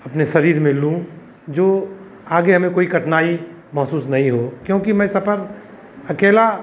अपने शरीर में लूँ जो आगे हमें कोई कठिनाई महसूस नहीं हो क्योंकि मैं सफ़र अकेला